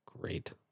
great